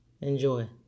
Enjoy